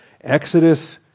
Exodus